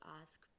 ask